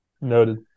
Noted